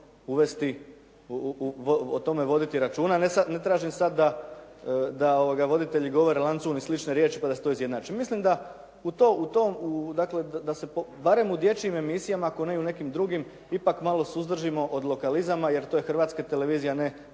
uvesti, o tome voditi računa, ne tražim sad da ovoga voditelji govore lancun i slične riječi, pa da se to izjednači. Mislim da u se dakle barem u dječjim emisijama, ako ne i u nekim drugim ipak malo suzdržimo od lokalizama jer to je hrvatska televizija, ne